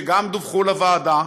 שגם דווחו לוועדה,